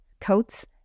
coats